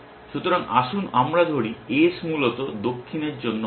সুতরাং আসুন আমরা ধরি S মূলত দক্ষিণের জন্য হয়